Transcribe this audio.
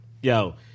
yo